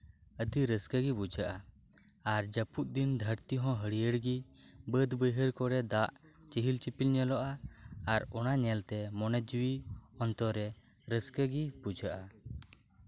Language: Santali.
ᱟᱹᱰᱤ ᱨᱟᱹᱥᱠᱟᱹ ᱜᱮ ᱵᱩᱡᱷᱟᱹᱜᱼᱟ ᱟᱨ ᱡᱟᱹᱯᱩᱫ ᱫᱤᱱ ᱫᱷᱟᱹᱨᱛᱤ ᱦᱚᱸ ᱦᱟᱹᱨᱭᱟᱹᱲ ᱜᱮ ᱵᱟᱹᱫ ᱵᱟᱹᱭᱦᱟᱹᱲ ᱠᱚᱨᱮᱫ ᱫᱟᱜ ᱪᱮᱦᱮᱞ ᱪᱮᱯᱮᱞ ᱧᱮᱞᱚᱜᱼᱟ ᱟᱨ ᱚᱱᱟ ᱧᱮᱞᱛᱮ ᱢᱚᱱᱮ ᱡᱤᱣᱤ ᱚᱱᱛᱚᱨ ᱨᱮ ᱨᱟᱹᱥᱠᱟᱹ ᱜᱮ ᱵᱩᱡᱷᱟᱹᱜᱼᱟ